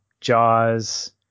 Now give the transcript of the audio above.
Jaws